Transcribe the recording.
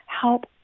help